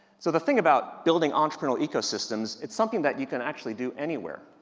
so the thing about building entrepreneurial ecosystems, it's something that you can actually do anywhere.